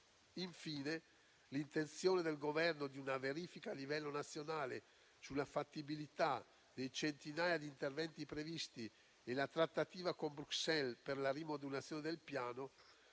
Infine, l'intenzione del Governo di una verifica a livello nazionale sulla fattibilità delle centinaia di interventi previsti e la trattativa con Bruxelles per la rimodulazione del Piano